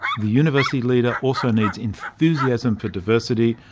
the university leader also needs enthusiasm for diversity,